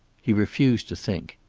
he refused to think.